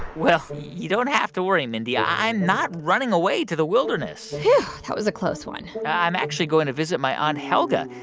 well, you don't have to worry, mindy. i'm not running away to the wilderness whew. yeah that was a close one i'm actually going to visit my aunt helga.